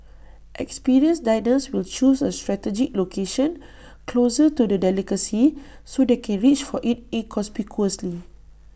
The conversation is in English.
experienced diners will choose A strategic location closer to the delicacy so they can reach for IT inconspicuously